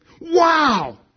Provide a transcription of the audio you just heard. Wow